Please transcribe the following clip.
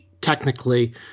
technically